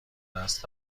دست